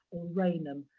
or rainham.